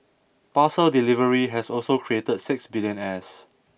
parcel delivery has also created six billionaires